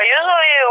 Usually